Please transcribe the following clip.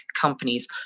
companies